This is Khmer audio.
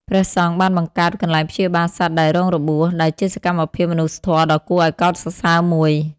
ព្រះសង្ឃបានបង្កើត កន្លែងព្យាបាលសត្វដែលរងរបួស ដែលជាសកម្មភាពមនុស្សធម៌ដ៏គួរឱ្យកោតសរសើរមួយ។